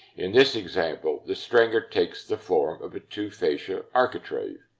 in this example, the stringer takes the form of a two-fascia architrave.